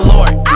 Lord